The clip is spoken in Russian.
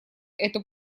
эту